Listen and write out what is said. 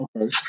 Okay